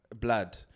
blood